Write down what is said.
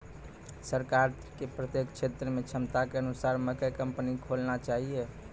सरकार के प्रत्येक क्षेत्र मे क्षमता के अनुसार मकई कंपनी खोलना चाहिए?